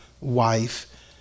wife